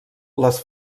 les